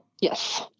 Yes